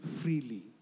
freely